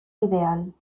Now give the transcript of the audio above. ideal